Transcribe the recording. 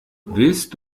willst